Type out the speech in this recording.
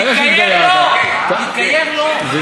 מי